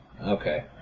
Okay